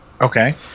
okay